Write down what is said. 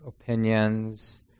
opinions